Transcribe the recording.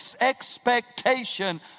expectation